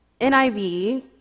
NIV